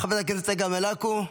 חברת הכנסת צגה מלקו,